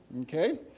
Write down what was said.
okay